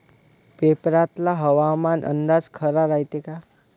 पेपरातला हवामान अंदाज खरा रायते का?